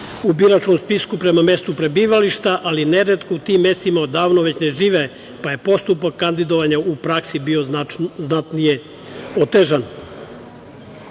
u biračkom spisku prema mestu prebivališta, ali neretko u tim mestima odavno već ne žive, pa je postupak kandidovanja u praksi bio znatnije otežan.U